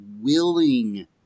willing